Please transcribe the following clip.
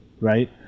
right